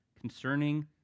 concerning